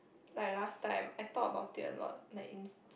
like last time I thought about it a lot